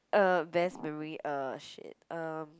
uh best memory uh shit um